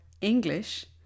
English